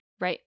Right